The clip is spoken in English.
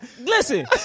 Listen